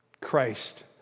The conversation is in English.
Christ